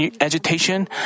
agitation